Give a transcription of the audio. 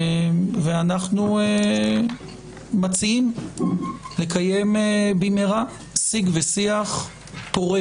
ואנחנו מציעים לקיים במהרה שיג ושיח פורה